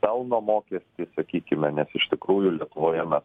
pelno mokestį sakykime nes iš tikrųjų lietuvoje mes